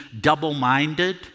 double-minded